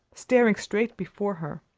staring straight before her.